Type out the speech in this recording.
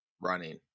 Running